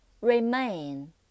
Remain